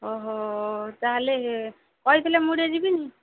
ତାହେଲେ କହିଥିଲେ ମୁଁ ଯିବିନି